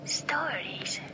stories